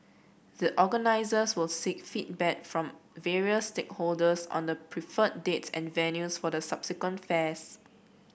the organisers will seek feedback from various stakeholders on the preferred dates and venues for the subsequent fairs